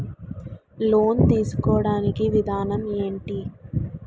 Loan తీసుకోడానికి విధానం ఏంటి?